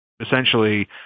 essentially